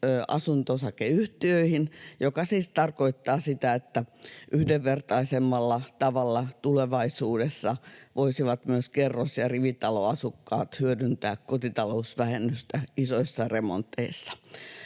asunto-osakeyhtiöihin, mikä siis tarkoittaa sitä, että yhdenvertaisemmalla tavalla tulevaisuudessa voisivat myös kerros- ja rivitaloasukkaat hyödyntää kotitalousvähennystä isoissa remonteissa.